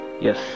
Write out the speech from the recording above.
Yes